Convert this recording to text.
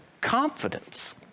confidence